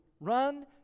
Run